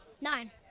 Nine